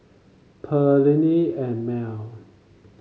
Perllini and Mel